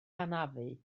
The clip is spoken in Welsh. hanafu